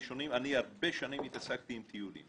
הרבה שנים התעסקתי עם טיולים.